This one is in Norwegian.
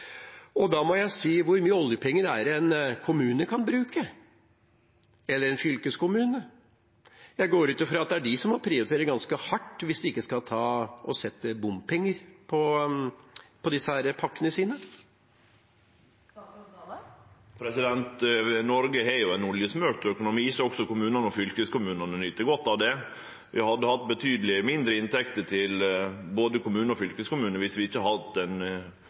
Da må jeg si: Hvor mye oljepenger er det en kommune kan bruke, eller en fylkeskommune? Jeg går ut fra at det er de som må prioritere ganske hardt hvis de ikke skal sette bompenger på disse pakkene sine. Noreg har ein oljesmurt økonomi, så også kommunane og fylkeskommunane nyt godt av det. Vi hadde hatt betydeleg mindre inntekter til både kommunar og fylkeskommunar dersom vi ikkje hadde